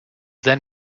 then